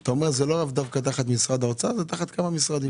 הן לאו דווקא תחת משרד האוצר אלא תחת כמה משרדים.